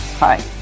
Hi